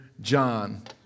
John